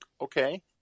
Okay